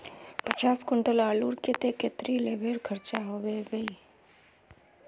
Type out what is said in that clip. पचास कुंटल आलूर केते कतेरी लेबर खर्चा होबे बई?